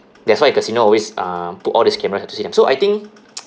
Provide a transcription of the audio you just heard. that's why casino always uh put all these cameras to see them so I think